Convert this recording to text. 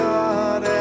God